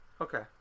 Okay